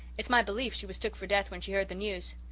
it's my belief she was took for death when she heard the news.